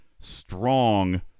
strong